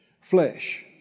flesh